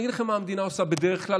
אני אגיד לכם מה המדינה עושה בדרך כלל,